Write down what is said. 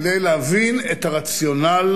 כדי להבין את הרציונל